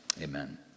amen